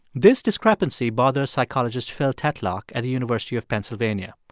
this discrepancy bothers psychologist phil tetlock at the university of pennsylvania.